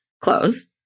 close